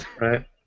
right